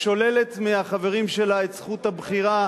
שוללת מהחברים שלה את זכות הבחירה,